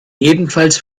ebenfalls